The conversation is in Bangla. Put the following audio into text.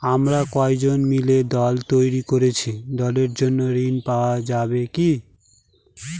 আমরা কয়েকজন মিলে দল তৈরি করেছি দলের জন্য ঋণ পাওয়া যাবে কি?